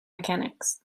mechanics